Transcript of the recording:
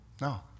No